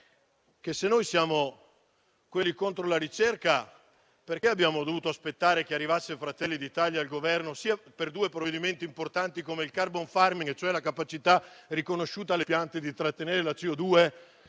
se noi siamo quelli contro la ricerca, perché abbiamo dovuto aspettare che arrivasse Fratelli d'Italia al Governo per adottare due provvedimenti importanti come il *carbon farming*, cioè la capacità riconosciuta alle piante di trattenere la CO2,